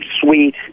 sweet